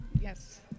yes